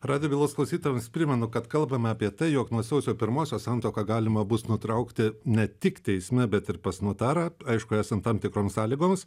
radio bylos klausytojams primenu kad kalbame apie tai jog nuo sausio pirmosios santuoką galima bus nutraukti ne tik teisme bet ir pas notarą aišku esant tam tikroms sąlygoms